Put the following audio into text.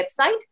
website